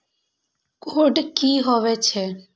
Code की होय छै?